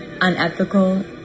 unethical